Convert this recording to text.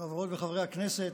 חברות וחברי הכנסת,